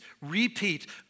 repeat